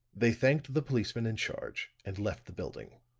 they thanked the policeman in charge and left the building.